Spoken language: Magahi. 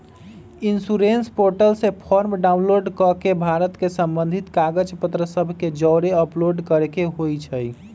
इंश्योरेंस पोर्टल से फॉर्म डाउनलोड कऽ के भर के संबंधित कागज पत्र सभ के जौरे अपलोड करेके होइ छइ